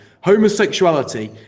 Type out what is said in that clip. homosexuality